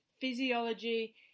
physiology